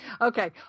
Okay